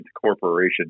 corporation